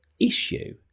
issue